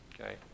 okay